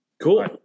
Cool